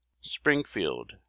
springfield